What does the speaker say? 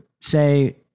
say